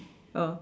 oh